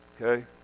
Okay